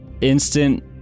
instant